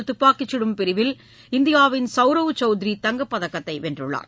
இளையோர் தப்பாக்கிச்சுடும் பிரிவில் இந்தியாவின் சவ்ரவ் சௌத்ரி தங்கப்பதக்கத்தைவென்றுள்ளார்